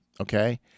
okay